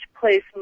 place